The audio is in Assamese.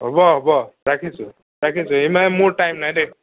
হ'ব হ'ব ৰাখিছোঁ ৰাখিছোঁ ইমান মোৰ টাইম নাই দেই